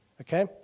Okay